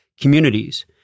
communities